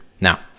Now